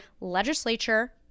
legislature